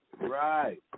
Right